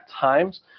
times